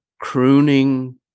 crooning